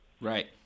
Right